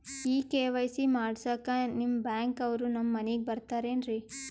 ಈ ಕೆ.ವೈ.ಸಿ ಮಾಡಸಕ್ಕ ನಿಮ ಬ್ಯಾಂಕ ಅವ್ರು ನಮ್ ಮನಿಗ ಬರತಾರೆನ್ರಿ?